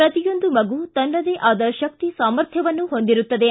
ಪ್ರತಿಯೊಂದು ಮಗು ತನ್ನದೇ ಆದ ಶಕ್ತಿ ಸಾಮರ್ಥ್ಯವನ್ನು ಹೊಂದಿರುತ್ತದೆ